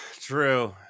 true